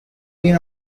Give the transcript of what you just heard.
been